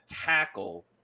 tackle